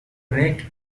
neck